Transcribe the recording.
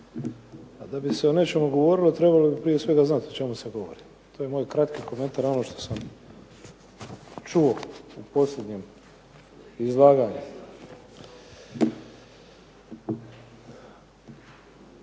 A da bi se o nečemu govorilo trebalo bi prije svega znati o čemu se govori. To je moj kratki komentar na ono što sam čuo u posljednjem izlaganju.